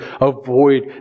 avoid